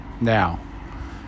Now